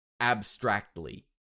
abstractly